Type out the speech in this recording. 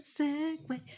segue